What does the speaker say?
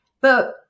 but-